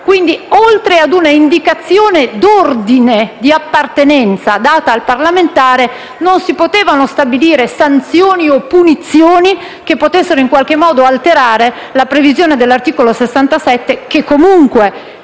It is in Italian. Quindi, oltre a un'indicazione d'ordine e di appartenenza data al parlamentare, non si potevano stabilire sanzioni o punizioni che potessero alterare la previsione dell'articolo 67, secondo